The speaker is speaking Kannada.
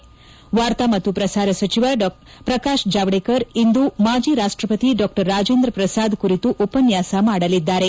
ಕೇಂದ್ರ ವಾರ್ತಾ ಮತ್ತು ಪ್ರಸಾರ ಖಾತೆ ಸಚಿವ ಪ್ರಕಾಶ್ ಜಾವ್ಹೇಕರ್ ಇಂದು ಮಾಜಿ ರಾಪ್ಟಪತಿ ಡಾ ರಾಜೇಂದ್ರ ಪ್ರಸಾದ್ ಕುರಿತು ಉಪನ್ಯಾಸ ಮಾಡಲಿದ್ದಾರೆ